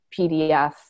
PDF